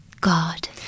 God